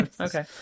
okay